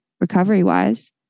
recovery-wise